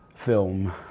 Film